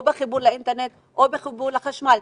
או בחיבור לאינטרנט או בחיבור לחשמל.